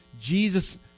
Jesus